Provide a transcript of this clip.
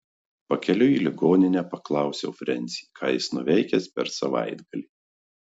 pakeliui į ligoninę paklausiau frensį ką jis nuveikęs per savaitgalį